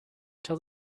tell